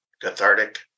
cathartic